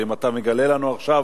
ואם אתה מגלה לנו עכשיו